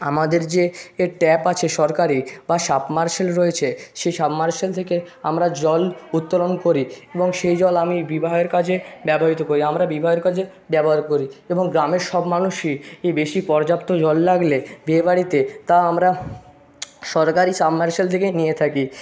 আমাদের যে এ ট্যাপ আছে সরকারি বা সাবমারসিবল রয়েছে সেই সাবমারসিবল থেকে আমরা জল উত্তরণ করি এবং সেই জল আমি বিবাহের কাজে ব্যবহৃত করি আমরা বিবাহের কাজে ব্যবহার করি এবং গ্রামের সব মানুষই এই বেশি পর্যাপ্ত জল লাগলে বিয়েবাড়িতে তা আমরা সরকারি সাবমারসিবল থেকে নিয়ে থাকি